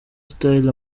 style